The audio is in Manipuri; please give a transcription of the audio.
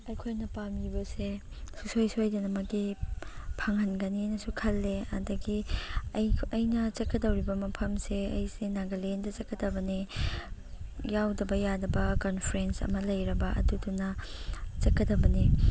ꯑꯩꯈꯣꯏꯅ ꯄꯥꯝꯂꯤꯕꯁꯦ ꯁꯨꯡ ꯁꯣꯏ ꯁꯣꯏꯗꯅꯃꯛꯀꯤ ꯐꯪꯍꯟꯒꯅꯦꯅꯁꯨ ꯈꯜꯂꯦ ꯑꯗꯒꯤ ꯑꯩꯅ ꯆꯠꯀꯗꯧꯔꯤꯕ ꯃꯐꯝꯁꯦ ꯑꯩꯁꯤ ꯅꯒꯥꯂꯦꯟꯗ ꯆꯠꯀꯗꯕꯅꯦ ꯌꯥꯎꯗꯕ ꯌꯥꯗꯕ ꯀꯟꯐ꯭ꯔꯦꯟꯁ ꯑꯃ ꯂꯩꯔꯕ ꯑꯗꯨꯗꯨꯅ ꯆꯠꯀꯗꯕꯅꯦ